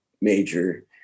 major